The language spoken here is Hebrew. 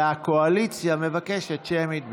והקואליציה מבקשת שמית.